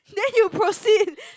then you proceed